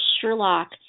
Sherlock